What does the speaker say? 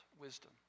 wisdom